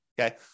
Okay